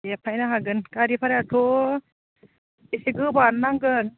दे फैनो हागोन गारि भारायाथ' एसे गोबाङानो नांगोन